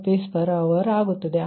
142×202688 Rshr ಆಗುತ್ತದೆ